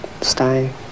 stay